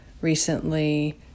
recently